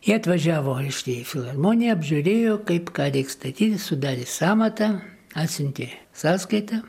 jie atvažiavo reiškia į filharmoniją apžiūrėjo kaip ką reik statyt sudarė sąmatą atsiuntė sąskaitą